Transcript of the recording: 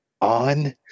on